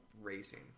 racing